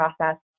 process